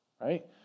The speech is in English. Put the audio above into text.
Right